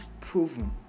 proven